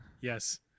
Yes